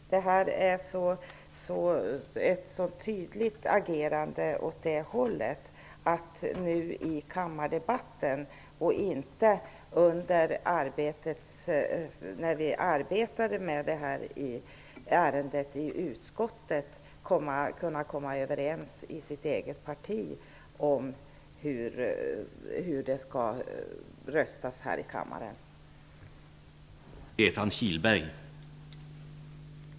Detta är ett sådant tydligt agerande åt det hållet. Ledamöterna från Ny demokrati borde kunnat komma överens i sitt eget parti om hur det skall röstas här i kammaren när vi arbetade med detta ärende i utskottet och inte nu under kammardebatten.